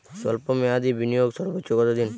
স্বল্প মেয়াদি বিনিয়োগ সর্বোচ্চ কত দিন?